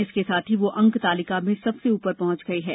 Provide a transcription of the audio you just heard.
इसके साथ ही वो अंक तालिका में सबसे ऊपर पहंच गई है